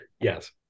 Yes